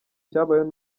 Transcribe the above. cyabayeho